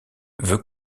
veut